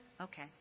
Okay